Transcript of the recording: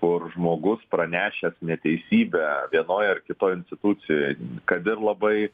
kur žmogus pranešęs neteisybę vienoj ar kitoj institucijoj kad ir labai